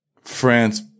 France